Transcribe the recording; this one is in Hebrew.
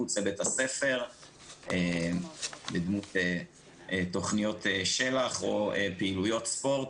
מחוץ לבית הספר בדמות תכניות של"ח או פעילויות ספורט,